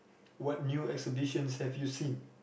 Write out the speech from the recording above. what new exhibitions have you seen